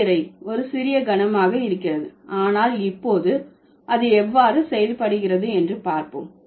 வரையறை ஒரு சிறிய கனமாக இருக்கிறது ஆனால் இப்போது அது எவ்வாறு செயல்படுகிறது என்று பார்ப்போம்